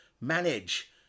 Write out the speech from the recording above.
manage